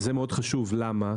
זה מאוד חשוב, למה?